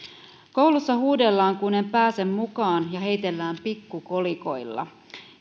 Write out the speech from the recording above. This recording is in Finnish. koulussa huudellaan kun en pääse mukaan ja heitellään pikkukolikoilla